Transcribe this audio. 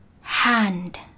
Hand